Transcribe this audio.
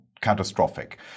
catastrophic